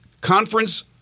conference